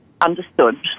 understood